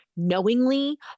knowingly